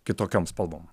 kitokiom spalvom